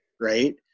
right